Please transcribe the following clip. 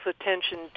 attention